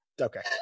Okay